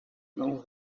know